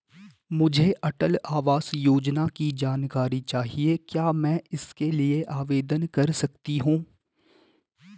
मुझे अटल आवास योजना की जानकारी चाहिए क्या मैं इसके लिए आवेदन कर सकती हूँ?